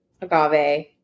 agave